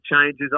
changes